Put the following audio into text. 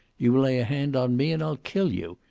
you lay a hand on me and i'll kill you.